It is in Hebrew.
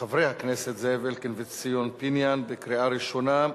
זאב אלקין וציון פיניאן, קריאה ראשונה.